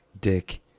dick